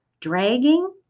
dragging